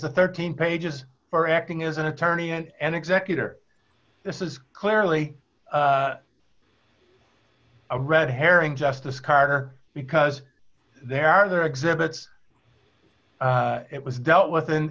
the thirteen pages for acting as an attorney and executor this is clearly a red herring justice carter because there are other exhibits it was dealt with in